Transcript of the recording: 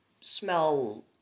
smell